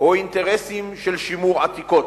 או אינטרסים של שימור עתיקות.